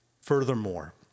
Furthermore